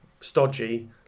stodgy